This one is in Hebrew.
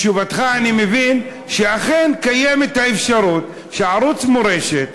מתשובתך אני מבין שאכן קיימת האפשרות שערוץ מורשת,